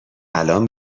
الان